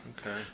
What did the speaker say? Okay